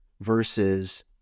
versus